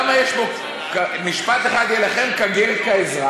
למה יש פה "משפט אחד יהיה לכם כגר כאזרח"?